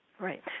Right